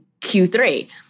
Q3